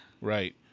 Right